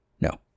No